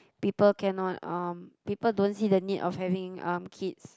people cannot um people don't see the need of having um kids